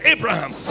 Abraham